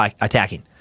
attacking